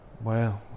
wow